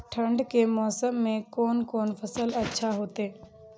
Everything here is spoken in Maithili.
ठंड के मौसम में कोन कोन फसल अच्छा होते?